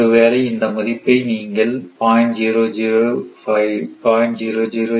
ஒருவேளை இந்த மதிப்பை நீங்கள் 0